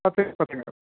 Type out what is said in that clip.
base பத்துங்க